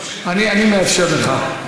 אני מאפשר לך.